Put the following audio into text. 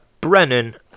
Brennan